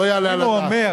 לא יעלה על הדעת.